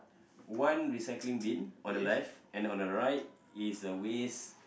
one recycling bin on the left and on the right it's a waste